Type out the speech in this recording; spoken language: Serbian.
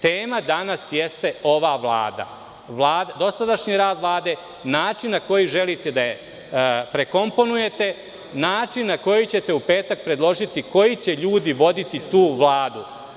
Tema danas jeste ovde ova Vlada, dosadašnji rad Vlade, način na koji želite da je prekomponujete, način na koji ćete u petak predložiti da ljudi vode tu Vladu.